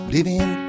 Living